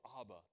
Abba